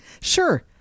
Sure